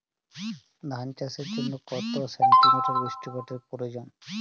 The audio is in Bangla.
ধান চাষের জন্য কত সেন্টিমিটার বৃষ্টিপাতের প্রয়োজন?